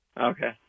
Okay